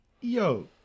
Yo